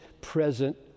present